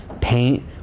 paint